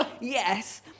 yes